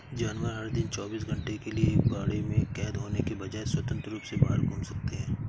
जानवर, हर दिन चौबीस घंटे के लिए एक बाड़े में कैद होने के बजाय, स्वतंत्र रूप से बाहर घूम सकते हैं